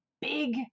big